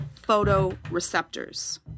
photoreceptors